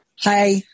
Hi